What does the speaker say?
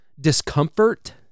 discomfort